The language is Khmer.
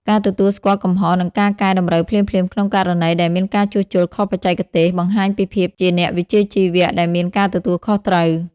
ការទទួលស្គាល់កំហុស និងការកែតម្រូវភ្លាមៗក្នុងករណីដែលមានការជួសជុលខុសបច្ចេកទេស បង្ហាញពីភាពជាអ្នកវិជ្ជាជីវៈដែលមានការទទួលខុសត្រូវ។